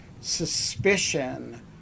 suspicion